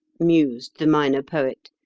mused the minor poet.